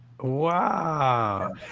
wow